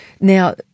Now